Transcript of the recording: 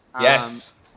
yes